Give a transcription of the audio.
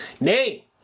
Nay